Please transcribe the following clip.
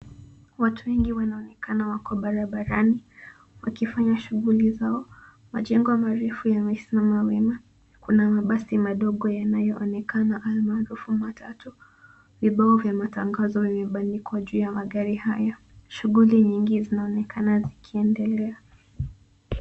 Watu wengi wanaonekana wako barabarani wakifanya shughuli zao. Majengo marefu yamesimama wima. Kuna mabasi madogo yanayoonekana almarufu matatu. Vibao vya matangazo vimebandikwa juu ya magari haya. Shughuli nyingi zinaonekana zikiendelea.